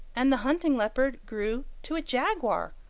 and the hunting-leopard grew to a jaguar,